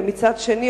ומצד שני,